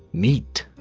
neat.